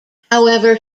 however